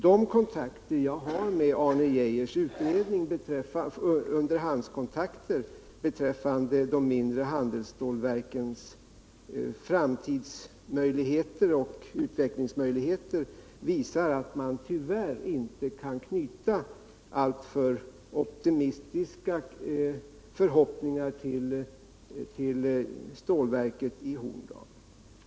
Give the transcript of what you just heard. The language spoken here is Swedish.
De underhandskontakter jag har haft med Arne Geijers utredning rörande de mindre handelsstålverkens framtid och utvecklingsmöjligheter visar dock att man tyvärr inte kan knyta alltför optimistiska förhoppningar till stålverket i Horndal.